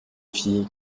fille